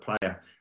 player